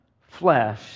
flesh